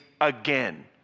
again